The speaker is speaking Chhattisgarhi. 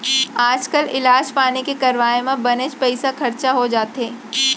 आजकाल इलाज पानी के करवाय म बनेच पइसा खरचा हो जाथे